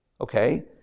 Okay